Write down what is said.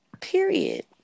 period